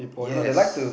yes